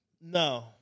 No